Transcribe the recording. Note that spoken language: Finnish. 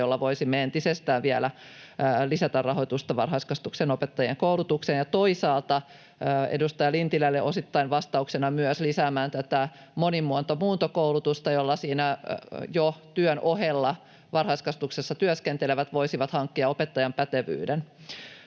jolla voisimme entisestään vielä lisätä rahoitusta varhaiskasvatuksen opettajankoulutukseen ja toisaalta — edustaja Lintilälle osittain vastauksena myös — lisäämään tätä monimuoto-muuntokoulutusta, jolla työn ohella varhaiskasvatuksessa työskentelevät voisivat hankkia opettajan pätevyyden.